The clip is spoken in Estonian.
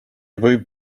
võib